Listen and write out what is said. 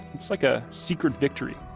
it's like a secret victory.